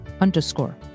underscore